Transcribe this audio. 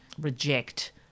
reject